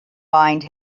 bind